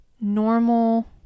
normal